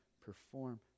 perform